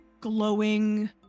Glowing